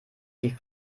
die